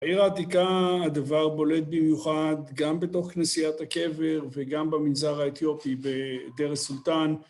העיר העתיקה הדבר בולט במיוחד גם בתוך כנסיית הקבר וגם במנזר האתיופי בדרס סולטאן.